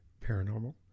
paranormal